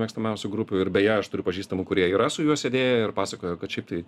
mėgstamiausių grupių ir beje aš turiu pažįstamų kurie yra su juo sėdėję ir pasakojo kad šiaip tai